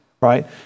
right